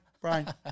Brian